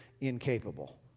incapable